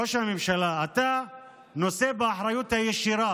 ראש הממשלה, אתה נושא באחריות הישירה